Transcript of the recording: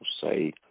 say